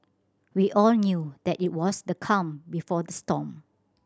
we all knew that it was the calm before the storm